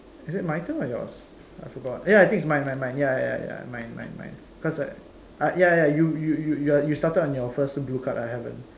is it my turn or yours I forgot ya I think it's mine mine mine ya ya ya mine mine mine mine cause ah ya ya you you you you're you started on your first blue card I haven't